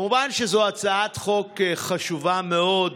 מובן שזו הצעת חוק חשובה מאוד.